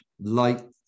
light